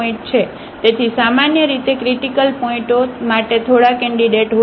તેથી સામાન્ય રીતે ક્રિટીકલ પોઇન્ટઓ માટે થોડા કેન્ડિડેટ હોય છે